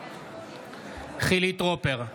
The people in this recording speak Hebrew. חילי טרופר,